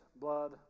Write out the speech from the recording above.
blood